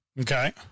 Okay